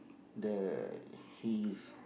the he's